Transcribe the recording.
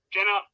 Jenna